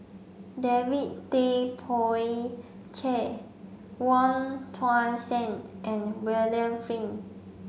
David Tay Poey Cher Wong Tuang Seng and William Flint